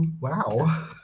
Wow